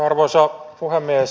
arvoisa puhemies